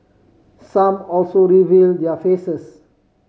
some also reveal their faces